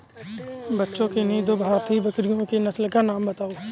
बच्चों किन्ही दो भारतीय बकरियों की नस्ल का नाम बताओ?